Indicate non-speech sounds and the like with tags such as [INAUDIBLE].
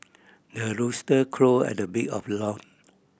the rooster crow at the break of [UNINTELLIGIBLE]